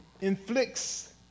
inflicts